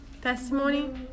Testimony